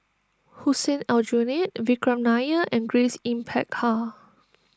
Hussein Aljunied Vikram Nair and Grace Yin Peck Ha